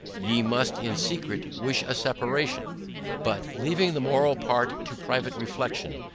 ye must in secret wish a separation but leaving the moral part to private reflection,